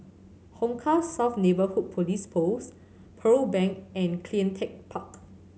Hong Kah South Neighbourhood Police Post Pearl Bank and Cleantech Park